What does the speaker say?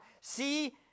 See